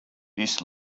this